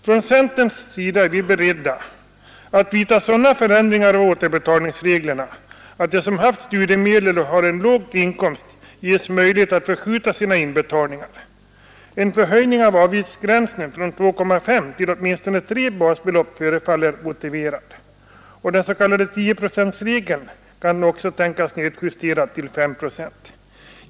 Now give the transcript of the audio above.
Från centerns sida är vi beredda att vidta sådana förändringar av återbetalningsreglerna att de som haft studiemedel och har en låg inkomst ges möjlighet att förskjuta sina inbetalningar. En förhöjning av avgiftsgränsen från 2,5 till åtminstone 3 basbelopp förefaller motiverad. Den s.k. tioprocentsregeln kan också tänkas nedjusterad till 5 procent.